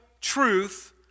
truth